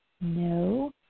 No